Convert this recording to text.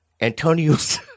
Antonio's